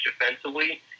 defensively